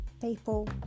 people